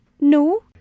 no